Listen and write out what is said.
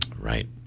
Right